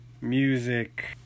music